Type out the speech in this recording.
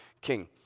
king